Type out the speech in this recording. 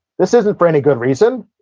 this isn't for any good reason.